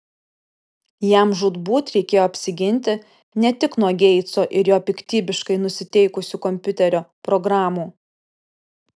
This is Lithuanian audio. jam žūtbūt reikėjo apsiginti ne tik nuo geitso ir jo piktybiškai nusiteikusių kompiuterio programų